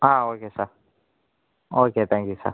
ah okay sir okay thank you sir